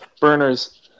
Burners